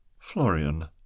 Florian